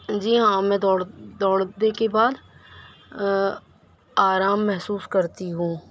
جی ہاں ہمیں دوڑ دوڑ دے کے بعد آرام محسوس کرتی ہوں